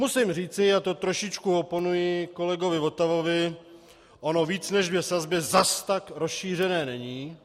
Musím říci, a to trošičku oponuji kolegovi Votavovi, ono víc než dvě sazby zas tak rozšířené není.